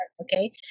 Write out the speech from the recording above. okay